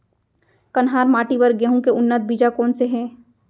कन्हार माटी बर गेहूँ के उन्नत बीजा कोन से हे?